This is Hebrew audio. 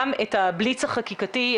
גם את הבליץ החקיקתי,